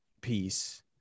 peace